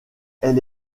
elle